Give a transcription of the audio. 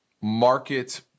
market